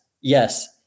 yes